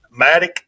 Matic